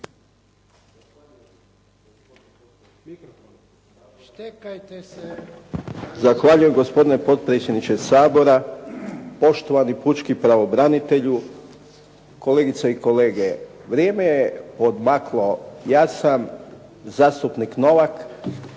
Zahvaljujem gospodine potpredsjedniče Sabora, poštovani pučki pravobranitelju, kolegice i kolege. Vrijeme je odmaklo. Ja sam zastupnik novak